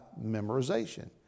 memorization